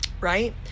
right